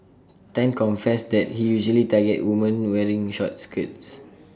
Tan confessed that he usually targets woman wearing short skirts